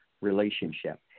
relationship